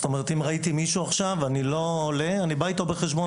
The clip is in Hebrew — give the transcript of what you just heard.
אם ראיתי מישהו עכשיו אז אני לא עולה אלא בא איתו בחשבון אחרי זה.